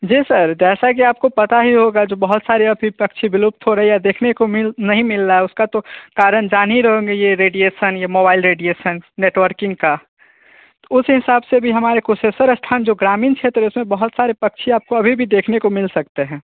जी sir जैसा कि आप को पता ही होगा जो बहुत सारे अभी पक्षी विलुप्त हो रही है देखने को मिल नहीं मिल रहा है उसका तो कारण जान ही रहे होंगे ये रेडिएसन ये मोबाइल रेडिएसन नेटवर्किंग का तो उस हिसाब से भी हमारे कुशेश्वर स्थान जो ग्रामीण क्षेत्र है उसमें बहुत सारे पक्षी आप को अभी भी देखने को मिल सकते हैं